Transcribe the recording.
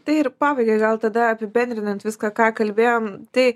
tai ir pabaigai gal tada apibendrinant viską ką kalbėjom tai